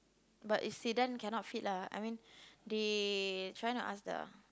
but it's sedan cannot fit lah I mean they trying to ask the